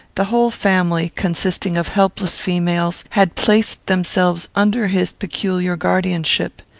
the whole family, consisting of helpless females, had placed themselves under his peculiar guardianship.